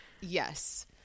yes